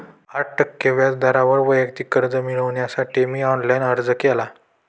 आठ टक्के व्याज दरावर वैयक्तिक कर्ज मिळविण्यासाठी मी ऑनलाइन अर्ज केला